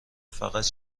فقط